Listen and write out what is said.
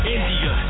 India